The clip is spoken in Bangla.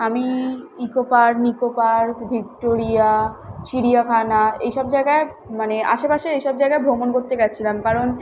আমি eco park Nicco park Victoria চিড়িয়াখানা এসব জাগায় মানে আশেপাশে এসব জায়গায় ভ্রমণ করতে গেছিলাম কারণ